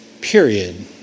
period